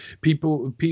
people